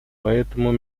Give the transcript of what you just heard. поэтому